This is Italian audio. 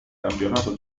campionato